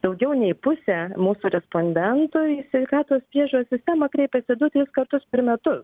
daugiau nei pusė mūsų respondentų į sveikatos priežiūros sistemą kreipiasi du tris kartus per metus